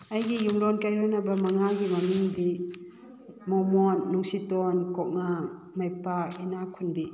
ꯑꯩꯒꯤ ꯌꯨꯝꯂꯣꯟ ꯀꯩꯔꯣꯟꯅꯕ ꯃꯉꯥꯒꯤ ꯃꯃꯤꯡꯗꯤ ꯃꯃꯣꯟ ꯅꯨꯡꯁꯤꯇꯣꯟ ꯀꯣꯛꯉꯥꯡ ꯃꯩꯄꯥꯛ ꯏꯅꯥꯛꯈꯨꯟꯕꯤ